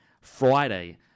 Friday